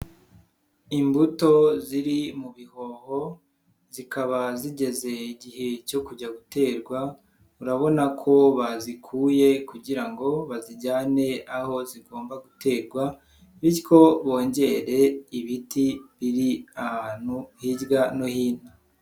Imbuto ziri mu bihoho, zikaba zigeze igihe cyo kujya guterwa, urabona ko bazikuye kugira ngo bazijyane aho zigomba gutekwa, bityo bongere ibiti biri ahantu hirya no hino.